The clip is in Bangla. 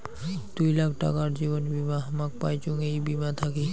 দুই লাখ টাকার জীবন বীমা হামাক পাইচুঙ এই বীমা থাকি